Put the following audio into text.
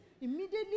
Immediately